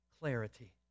clarity